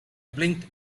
blinked